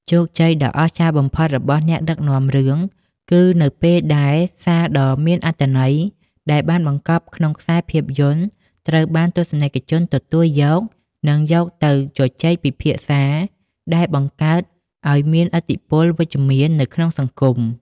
ជោគជ័យដ៏អស្ចារ្យបំផុតរបស់អ្នកដឹកនាំរឿង គឺនៅពេលដែលសារដ៏មានអត្ថន័យដែលបានបង្កប់ក្នុងខ្សែភាពយន្តត្រូវបានទស្សនិកជនទទួលយក និងយកទៅជជែកពិភាក្សា ដែលបង្កើតឱ្យមានឥទ្ធិពលវិជ្ជមាននៅក្នុងសង្គម។